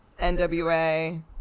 nwa